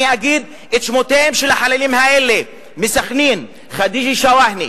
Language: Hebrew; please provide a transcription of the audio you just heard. אני אגיד את שמות החללים האלה מסח'נין: חדיג'ה שואהנה,